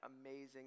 amazing